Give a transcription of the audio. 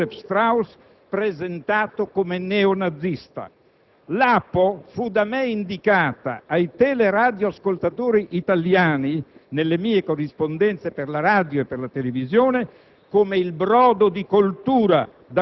ed ancora più contro Franz Joseph Strauss, presentato come neonazista. L'APO fu da me indicata ai teleradioascoltatori italiani, nelle mie corrispondenze per la radio e la televisione,